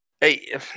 Hey